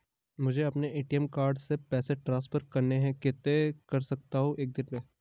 मुझे अपने ATM card से पैसे ट्रांसफर करने हैं कितने कर सकता हूँ एक दिन में?